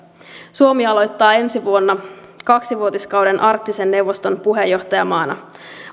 suomi aloittaa ensi vuonna kaksivuotiskauden arktisen neuvoston puheenjohtajamaana